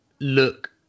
look